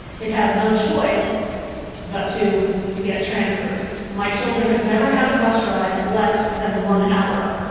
it has no choice but to get transfers. my children have never had a bus ride less than one hour.